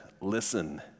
listen